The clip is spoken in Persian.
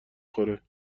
خوره